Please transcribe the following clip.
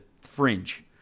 fringe